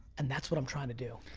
and that's what i'm trying to do.